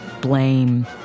blame